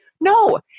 No